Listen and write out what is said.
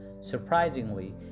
Surprisingly